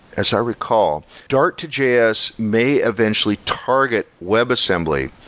as i recall, dart to js may eventually target web assembly,